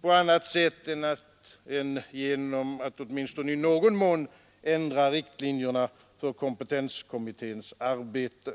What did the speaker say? på annat sätt än genom att åtminstone i någon mån ändra riktlinjerna för kompetenskommitténs arbete.